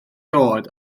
dod